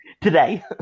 today